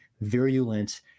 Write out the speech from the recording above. virulent